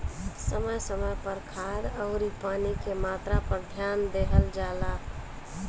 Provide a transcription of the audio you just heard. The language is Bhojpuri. समय समय पर खाद अउरी पानी के मात्रा पर ध्यान देहल जला